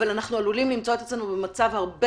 אבל אנחנו עלולים למצוא את עצמנו במצב הרבה